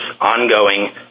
ongoing